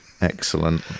Excellent